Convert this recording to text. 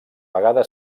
vegada